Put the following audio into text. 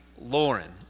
Lauren